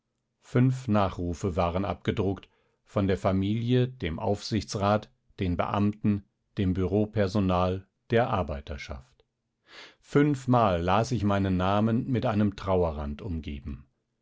fünf nachrufe waren abgedruckt von der familie dem aufsichtsrat den beamten dem büropersonal der arbeiterschaft fünfmal las ich meinen namen mit einem trauerrand umgeben